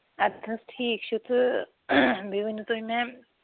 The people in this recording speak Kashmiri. اَدٕ حظ ٹھیٖک چھُ تہٕ بیٚیہِ ؤنِو تُہۍ مےٚ